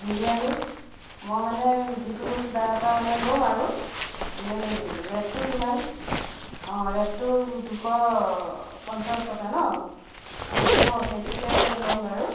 বিৰিয়ানী মই মানে যিকোনো কিবা এটা মানে ল'ম আৰু এনেই ৰে'টটো কিমান অঁ ৰে'টটো দুইশ পঞ্চাছ টকা ন অঁ হ'ব সেইটোকে ল'ম বাৰু